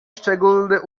szczególny